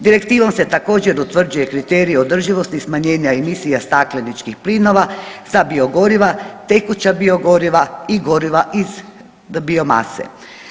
Direktivom se također utvrđuje kriterij održivosti, smanjenja emisija stakleničkih plinova za bio goriva, tekuća bio goriva i goriva iz biomase.